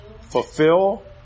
fulfill